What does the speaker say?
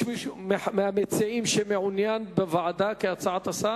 יש מישהו מהמציעים שמעוניין בוועדה, כהצעת השר?